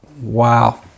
Wow